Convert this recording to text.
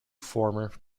former